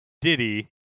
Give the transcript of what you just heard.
Diddy